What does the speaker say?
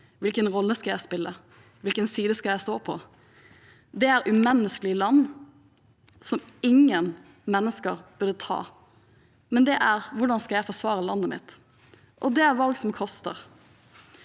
Hvilken rolle skal jeg spille? Hvilken side skal jeg stå på? Dette er umenneskelige valg som ingen mennesker skulle måtte ta. Hvordan skal jeg forsvare landet mitt? Dette er valg som koster.